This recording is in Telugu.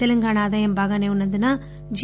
తెలంగాణ ఆదాయం బాగాసే వున్న ందున జి